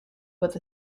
with